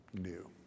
new